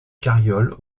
carriole